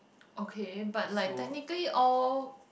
okay but like technically all